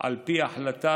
על פי החלטת